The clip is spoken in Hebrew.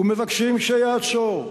ומבקשים שיעצור.